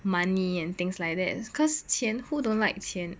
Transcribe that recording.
money and things like that cause 钱 who don't like 钱